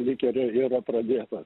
lyg ir yra pradėtas